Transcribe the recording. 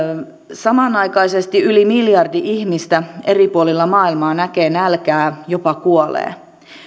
samanaikaisesti yli miljardi ihmistä eri puolilla maailmaa näkee nälkää jopa kuolee